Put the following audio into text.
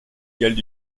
galles